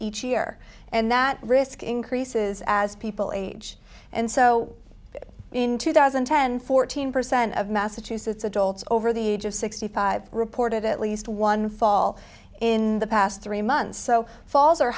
each year and that risk increases as people age and so in two thousand and ten fourteen percent of massachusetts adults over the age of sixty five reported at least one fall in the past three months so falls are